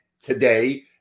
today